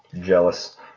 Jealous